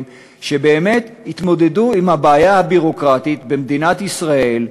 שבאמת יתמודדו עם בעיית הביורוקרטיה במדינת ישראל,